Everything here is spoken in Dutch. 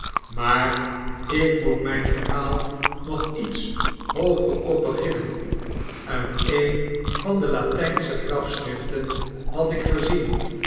maar ik moet mijn verhaal nog iets hoogerop beginnen uit een van de latjpsche grafschriften had ik gezien